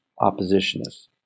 oppositionists